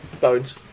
Bones